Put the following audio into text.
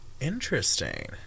Interesting